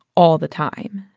all the time.